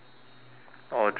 or just you